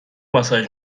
ماساژ